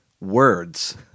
words